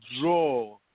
draw